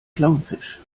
clownfisch